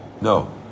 no